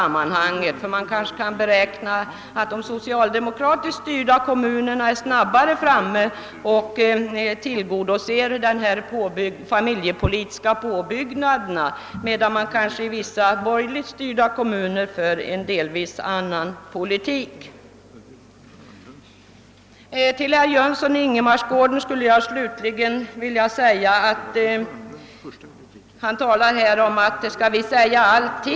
Man kan räkna med att de socialdemokratiskt styrda kommunerna är snabbare framme och tillgodoser de familjepolitiska påbyggnaderna, medan man i vissa borgerligt styrda kommuner för en delvis annan politik. Herr Jönsson i Ingemarsgården undrade om motionärerna verkligen skall behöva tala om allting i detalj.